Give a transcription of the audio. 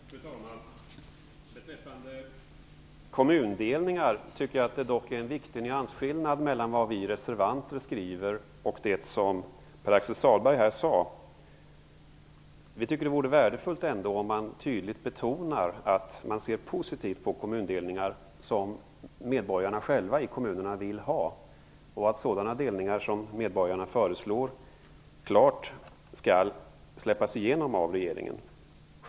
Fru talman! Beträffande kommundelningar tycker jag dock att det är en viktig nyansskillnad mellan det som vi reservanter skriver och det som Pär-Axel Sahlberg här sade. Vi tycker att det vore värdefullt om man tydligt betonade att man ser positivt på kommundelningar som medborgarna själva vill ha i kommunerna och att sådana delningar som medborgarna föreslår bör medges av regeringen.